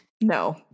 No